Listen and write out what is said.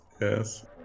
yes